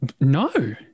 No